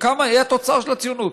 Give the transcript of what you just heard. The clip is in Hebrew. היא התוצר של הציונות,